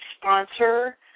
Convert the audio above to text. sponsor